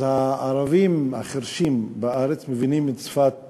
אז הערבים החירשים בארץ מבינים את שפת